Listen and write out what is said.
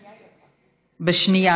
בשנייה,